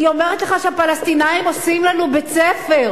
אני אומרת לך שהפלסטינים עושים לנו בית-ספר,